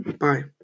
Bye